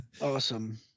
Awesome